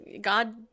God